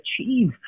achieve